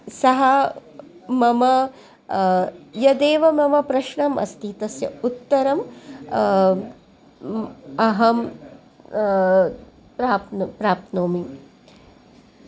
सः मम यदेव मम प्रश्नः अस्ति तस्य उत्तरं अहं प्राप्नु प्राप्नोमि